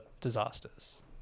disasters